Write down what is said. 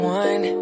one